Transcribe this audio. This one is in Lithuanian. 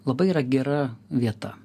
labai yra gera vieta